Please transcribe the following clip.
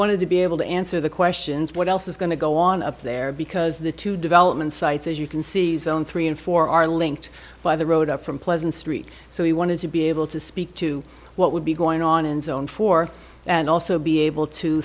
wanted to be able to answer the questions what else is going to go on up there because the two development sites as you can see three in four are linked by the road up from pleasant street so we wanted to be able to speak to what would be going on in zone four and also be able to